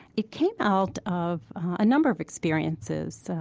it came out of a number of experiences. so